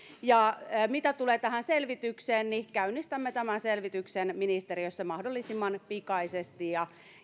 mitä tulee tähän selvitykseen niin käynnistämme tämän selvityksen ministeriössä mahdollisimman pikaisesti ja